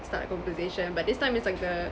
start a conversation but this time it's like the